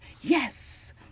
yes